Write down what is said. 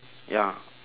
ya